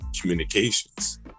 communications